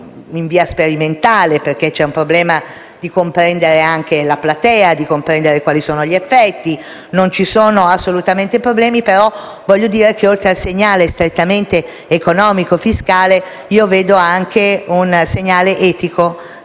in via sperimentale perché c'è un problema di comprendere anche la platea e gli effetti. Non ci sono assolutamente problemi, ma voglio dire che oltre al segnale strettamente economico e fiscale, vedo un segnale etico